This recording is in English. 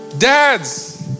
Dads